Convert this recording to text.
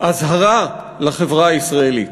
אזהרה לחברה הישראלית,